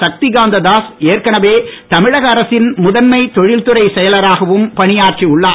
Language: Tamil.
சக்தி காந்த தாஸ் ஏற்கனவே தமிழக அரசின் முதன்மை தொழல்துறை செயலராகவும் பணியாற்றி உள்ளார்